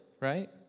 right